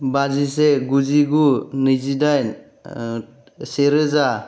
बाजिसे गुजिगु नैजिदाइन सेरोजा